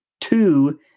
two